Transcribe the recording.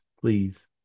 please